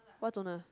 what toner